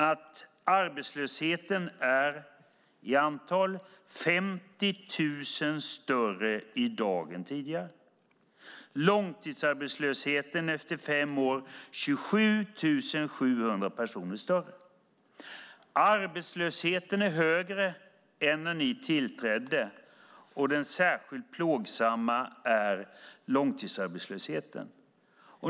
De arbetslösa är i dag till antalet 50 000 fler än tidigare. De långtidsarbetslösa är efter fem år 27 700 fler. Arbetslösheten är högre än när ni tillträdde. Det särskilt plågsamma är långtidsarbetslösheten.